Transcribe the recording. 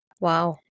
Wow